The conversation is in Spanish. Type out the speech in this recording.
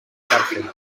cárcel